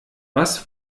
was